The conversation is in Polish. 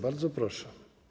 Bardzo proszę.